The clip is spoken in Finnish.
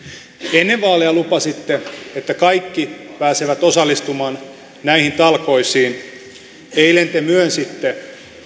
ennen vaaleja lupasitte että kaikki pääsevät osallistumaan näihin talkoisiin eilen te myönsitte